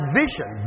vision